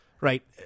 Right